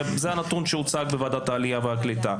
זה הנתון שהוצג בוועדת העלייה והקליטה.